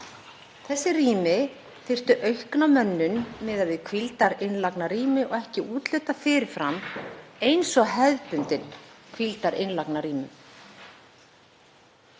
Þessi rými þyrftu aukna mönnun miðað við hvíldarinnlagnarrými og ekki væri úthlutað fyrir fram eins og hefðbundin hvíldarinnlagnarrými.